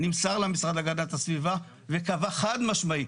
נמסר למשרד להגנת הסביבה וקבע חד משמעית,